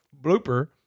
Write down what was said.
blooper